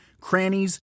crannies